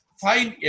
find